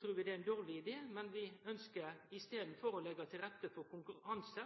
trur vi det er ein dårleg idé. Vi ønskjer i staden for å legge til rette for konkurranse.